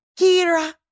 Kira